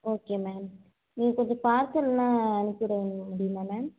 okay ma'am நீங்கள் கொஞ்சம் பார்ஸலில் அனுப்பிச்சிவிட முடி முடியுமா மேம்